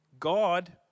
God